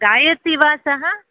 गायति वा सः